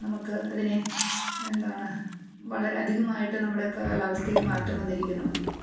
നമുക്ക് അതിനെ എന്താണ് വളരെ അധികമായിട്ട് നമ്മുടെ കാലാവസ്ഥയിൽ മാറ്റം വന്നിരിക്കുന്നു